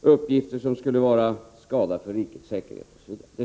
uppgifter som skulle vara till skada för rikets säkerhet osv.